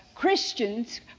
Christians